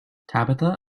tabitha